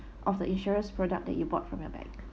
of the insurance product that you bought from your bank